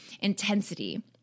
intensity